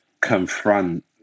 confront